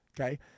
okay